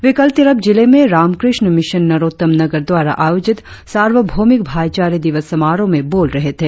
वे कल तिरप जिले में रामकृष्ण मिशन नरोत्तम नगर द्वारा आयोजित सार्वभौमिक भाईचारे दिवस समारोह में बोल रहे थे